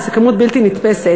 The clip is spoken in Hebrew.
וזו כמות בלתי נתפסת.